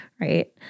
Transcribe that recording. right